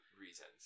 reasons